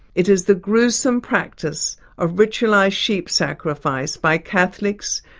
it is the gruesome practice of ritualised sheep sacrifice by catholics,